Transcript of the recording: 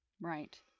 Right